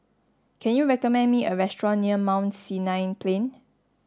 can you recommend me a restaurant near Mount Sinai Plain